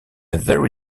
very